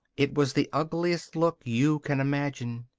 it was the ugliest look you can imagine.